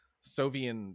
Soviet